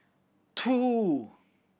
two